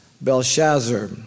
Belshazzar